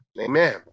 Amen